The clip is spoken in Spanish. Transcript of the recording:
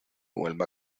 vuelva